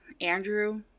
Andrew-